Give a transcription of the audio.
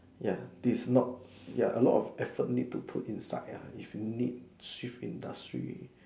ya this is not ya a lot of effort need to put inside lah if you need shift industry